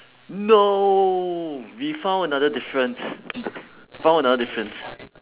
no we found another difference found another difference